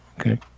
okay